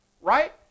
right